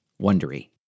Wondery